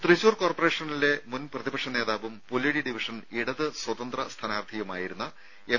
തൃശൂർ കോർപ്പറേഷനിലെ മുൻ പ്രതിപക്ഷ നേതാവും പുല്ലഴി ഡിവിഷൻ ഇടത് സ്വതന്ത്ര സ്ഥാനാർത്ഥിയുമായി രുന്ന എം